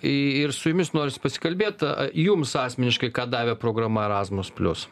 ir su jumis norisi pasikalbėt jums asmeniškai ką davė programa erasmus plius